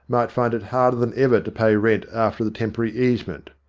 might find it harder than ever to pay rent after the temporary easement.